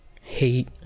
Hate